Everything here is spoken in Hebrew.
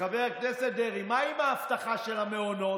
לחבר הכנסת דרעי: מה עם ההבטחה של המעונות?